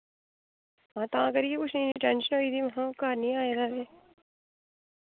हां तां करियै पुच्छा नीं टैंशन होई दी महां घर निं आए दा ऐ